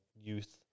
youth